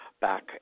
back